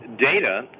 data